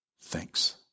thanks